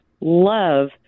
love